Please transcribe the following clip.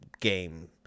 game